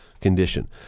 condition